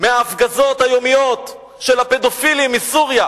מההפגזות היומיות של הפדופילים מסוריה.